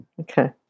Okay